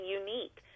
unique